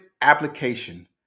application